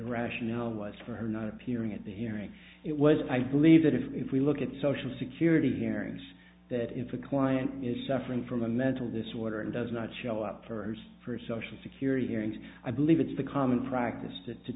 rationale was for her not appearing at the hearing it was i believe that if we look at social security hearings that if a client is suffering from a mental disorder and does not show up for hours for social security hearings i believe it's the common practice to t